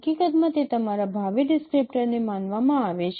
હકીકતમાં તે તમારા ભાવિ ડિસ્ક્રિપ્ટરને માનવામાં આવે છે